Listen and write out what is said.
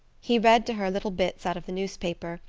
he read to her little bits out of the newspaper,